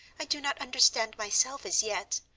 i do not understand myself as yet,